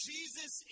Jesus